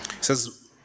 says